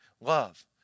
love